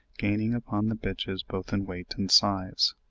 gaining upon the bitches both in weight and size.